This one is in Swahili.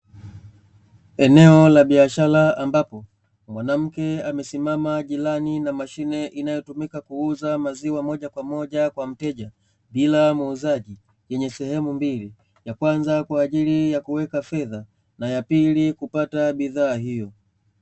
Eneo la biashara ambao Mwanamke amesimama gilani na mashine inayotumika kuuza maziwa, pamoja kwa mke Kila muuzaji Kwanza kwa ajili ya kuweka fedha Na pili kupata bidhaa hiyo.